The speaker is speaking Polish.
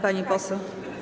Pani poseł.